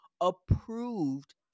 approved